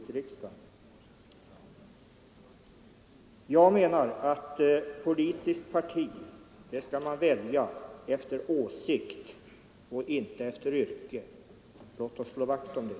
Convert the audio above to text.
Jag menar att politiskt parti skall man välja efter åsikt och inte efter yrke. Låt oss slå vakt om det.